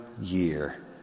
year